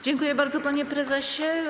Dziękuję bardzo, panie prezesie.